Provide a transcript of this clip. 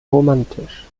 romantisch